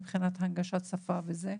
מבחינת הנגשת שפה וכל זה.